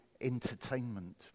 entertainment